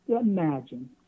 imagine